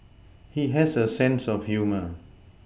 he has a sense of humour